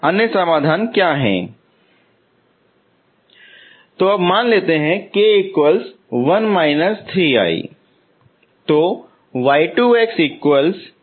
अन्य समाधान क्या है